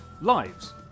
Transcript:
lives